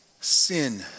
Sin